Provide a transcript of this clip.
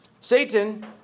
Satan